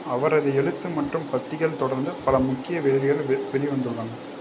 அவரது எழுத்து மற்றும் பத்திகள் தொடர்ந்து பல முக்கிய வெளியீடு வெ வெளிவந்துள்ளன